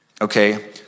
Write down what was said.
Okay